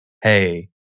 Hey